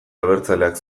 abertzaleak